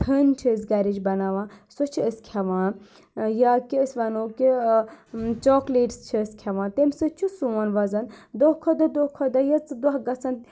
تھٔنۍ چھِ أسۍ گَرِچ بَناوان سۄ چھِ أسۍ کھیٚوان یا کہِ أسۍ وَنو کہِ چاکلیٹٕس چھِ أسۍ کھیٚوان تَمہِ سۭتۍ چھُ سون وَزَن دۄہ کھۄتہٕ دۄہ دۄہ کھۄتہٕ دۄہ یٔژ دۄہ گژھن